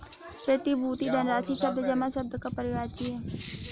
प्रतिभूति धनराशि शब्द जमा शब्द का पर्यायवाची है